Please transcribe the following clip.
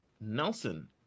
nelson